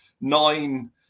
nine